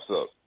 up